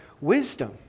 wisdom